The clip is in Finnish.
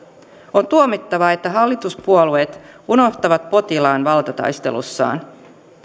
on tuomittavaa että hallituspuolueet unohtavat potilaan valtataistelussaan